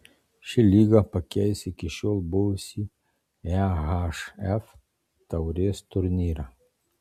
ši lyga pakeis iki šiol buvusį ehf taurės turnyrą